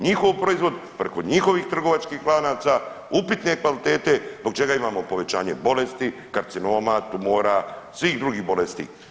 Njihov proizvod, preko njihovih trgovačkih lanaca upitne kvalitete zbog čega imamo povećanje bolesti, karcinoma, tumora, svih drugih bolesti.